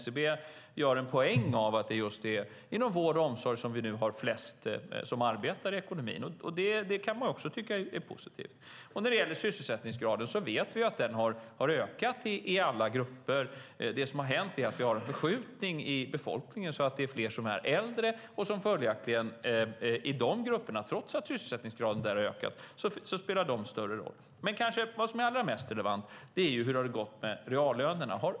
SCB gör en poäng av att det är just inom vård och omsorg som vi nu har flest som arbetar i ekonomin. Det kan man ju också tycka är positivt. När det gäller sysselsättningsgraden vet vi att den har ökat i alla grupper. Det som har hänt är att vi har en förskjutning i befolkningen. Det är fler som är äldre, och trots att sysselsättningsgraden har ökat spelar de större roll i de grupperna. Vad som är allra mest relevant är kanske ändå hur det har gått med reallönerna.